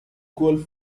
golf